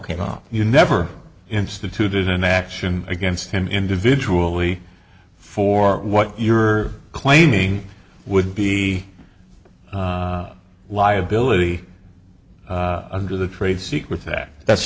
came up you never instituted an action against him individually for what you're claiming would be liability under the trade secret that that's